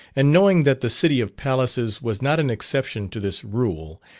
and knowing that the city of palaces was not an exception to this rule,